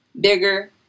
Bigger